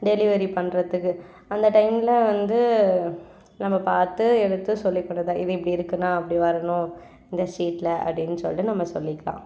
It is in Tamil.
டெலிவரி பண்ணுறத்துக்கு அந்த டைமில் வந்து நம்ம பார்த்து எடுத்து சொல்லி கொடுத்தா இது இப்படி இருக்குண்ணா அப்படி வரணும் இந்த ஸ்ட்ரீட்டில் அப்படின்னு சொல்லிட்டு நம்ம சொல்லிக்கலாம்